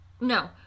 No